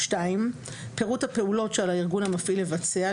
פירוט הפעולות שעל הארגון המפעיל לבצע,